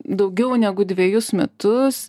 daugiau negu dvejus metus